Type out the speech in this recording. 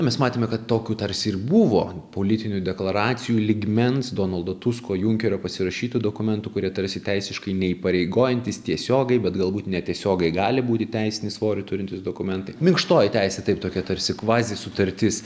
mes matėme kad tokių tarsi ir buvo politinių deklaracijų lygmens donaldo tusko junkerio pasirašytų dokumentų kurie tarsi teisiškai neįpareigojantys tiesiogiai bet galbūt netiesiogiai gali būti teisinį svorį turintys dokumentai minkštoji teisė taip tokia tarsi kvazi sutartis